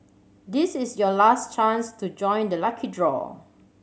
this is your last chance to join the lucky draw